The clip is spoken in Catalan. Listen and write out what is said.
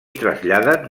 traslladen